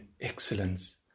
excellence